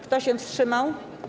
Kto się wstrzymał?